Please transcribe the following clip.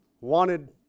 wanted